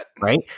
Right